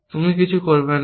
তুমি কিছুই করবে না